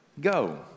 go